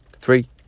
three